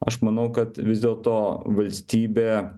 aš manau kad vis dėlto valstybė